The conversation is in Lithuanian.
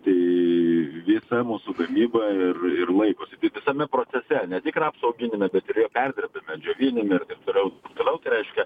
tai visa mūsų gamyba ir ir laikosi tai visame procese ne tik rapsų auginime bet ir jo perdirbime džiovinime ir taip toliau ir taip toliau tai reiškia